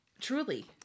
Truly